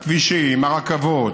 הכבישים, הרכבות